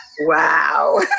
Wow